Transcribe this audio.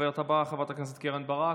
הדוברת הבאה, חברת הכנסת קרן ברק,